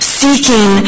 seeking